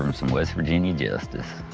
um some west virginia justice.